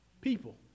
people